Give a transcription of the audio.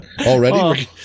already